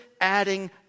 adding